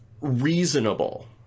reasonable